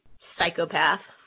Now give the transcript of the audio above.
Psychopath